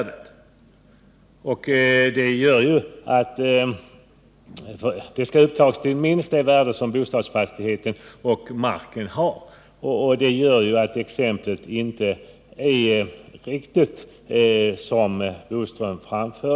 Här skall beskattningsbara belopp tas upp till minst det värde som bostadsfastigheten och marken har. Det gör att det exempel som Curt Boström anförde inte är riktigt.